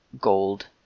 gold